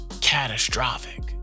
catastrophic